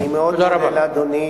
אני מאוד מודה לאדוני.